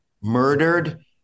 murdered